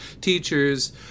teachers